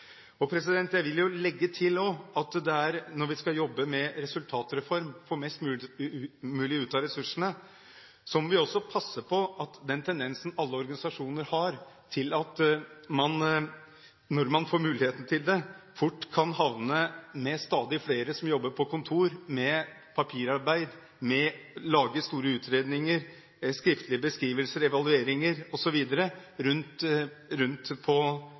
av mindretallet. Jeg vil jo også legge til at når vi skal jobbe med resultatreformen, få mest mulig ut av ressursene, må vi også passe på den situasjonen alle organisasjoner – når man får muligheten til det – har lett for å havne i, med stadig flere som jobber på kontor, som jobber med papirarbeid, med å lage store utredninger, skriftlige beskrivelser, evalueringer osv. rundt på